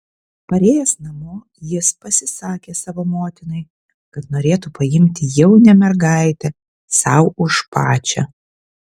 parėjęs namo jis pasisakė savo motinai kad norėtų paimti jaunę mergaitę sau už pačią